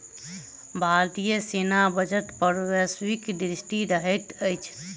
भारतीय सेना बजट पर वैश्विक दृष्टि रहैत अछि